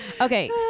Okay